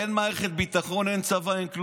אין מערכת ביטחון, אין צבא, אין כלום.